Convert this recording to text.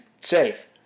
safe